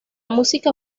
música